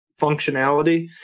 functionality